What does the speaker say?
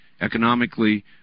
economically